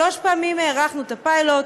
שלוש פעמים הארכנו את הפיילוט,